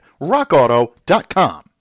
RockAuto.com